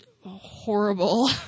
horrible